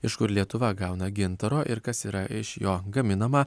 iš kur lietuva gauna gintaro ir kas yra iš jo gaminama